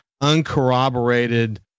uncorroborated